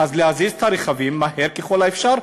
אז להזיז את הרכבים מהר ככל האפשר,